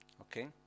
Okay